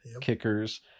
kickers